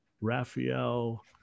Raphael